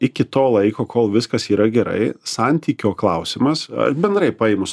iki to laiko kol viskas yra gerai santykio klausimas ar bendrai paėmus